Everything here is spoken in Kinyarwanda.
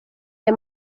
aya